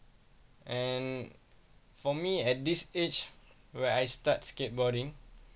and for me at this age where I start skateboarding